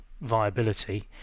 viability